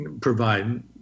provide